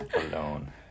Alone